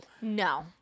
No